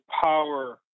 power